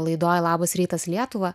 laidoj labas rytas lietuva